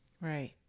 Right